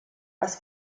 was